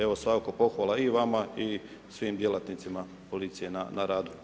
Evo svaka pohvala i vama i svim djelatnicima policije na radu.